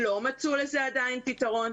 לא מצאנו לזה עדיין פתרון.